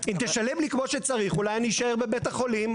אם תשלם לי כמו שצריך אולי אני אשאר בבית החולים.